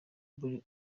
buri